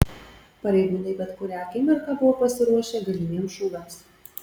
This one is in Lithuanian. pareigūnai bet kurią akimirką buvo pasiruošę galimiems šūviams